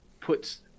puts